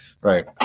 right